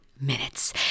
minutes